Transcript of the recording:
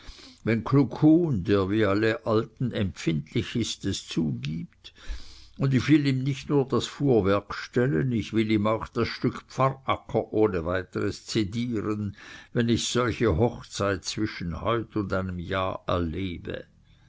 wenn kluckhuhn der wie alle alten empfindlich ist es zugibt und ich will ihm nicht nur das fuhrwerk stellen ich will ihm auch das stück pfarracker ohne weiteres zedieren wenn ich solche hochzeit zwischen heut und einem jahr erlebe